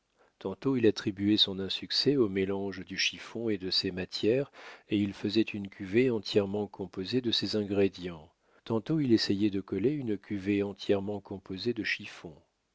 tantôt il attribuait son insuccès au mélange du chiffon et de ses matières et il faisait une cuvée entièrement composée de ses ingrédients tantôt il essayait de coller une cuvée entièrement composée de chiffons